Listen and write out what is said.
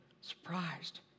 surprised